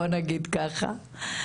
בוא נגיד ככה,